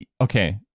okay